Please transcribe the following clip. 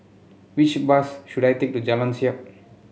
which bus should I take to Jalan Siap